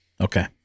Okay